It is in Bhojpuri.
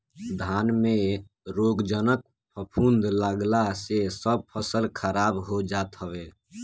धान में रोगजनक फफूंद लागला से सब फसल खराब हो जात हवे